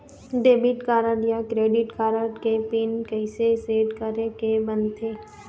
Debit card या credit card के pin कइसे सेट करे के बनते?